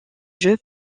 jeux